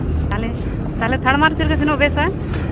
ᱛᱟᱞᱦᱮ ᱛᱟᱞᱦᱮ ᱛᱷᱟᱲ ᱢᱟᱨᱪ ᱨᱮᱜᱮ ᱥᱮᱱᱚᱜ ᱵᱮᱥᱟ